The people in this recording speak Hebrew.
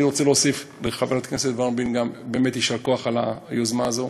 אני רוצה להוסיף לחברת הכנסת ורבין גם באמת יישר כוח על היוזמה הזו.